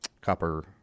Copper